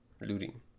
looting